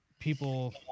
People